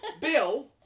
Bill